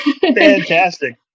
Fantastic